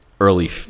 early